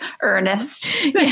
earnest